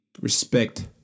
respect